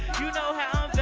you know how